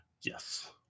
Yes